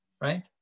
right